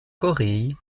corée